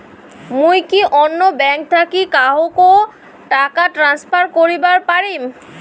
মুই কি অন্য ব্যাঙ্ক থাকি কাহকো টাকা ট্রান্সফার করিবার পারিম?